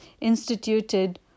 instituted